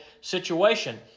situation